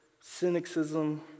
cynicism